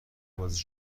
بازدید